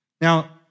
Now